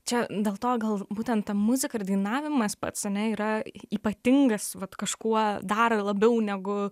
čia dėl to gal būtent ta muzika ir dainavimas pats ane yra ypatingas vat kažkuo dar labiau negu